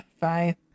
fine